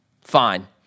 Fine